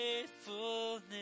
faithfulness